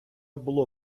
було